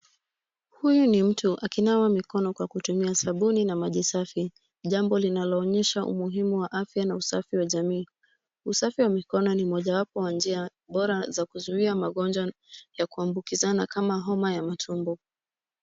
Huyu ni mtu akinawa mikono kwa kutumia sabuni na maji safi. Jambo linaloonyesha umuhimu wa afya na usafi wa jamii. Usafi wa mikono ni mojawapo wa njia bora za kuzuia magonjwa ya kuambukizana ama homa ya tumbo.